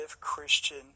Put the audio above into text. Christian